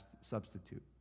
substitute